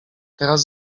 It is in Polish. teraz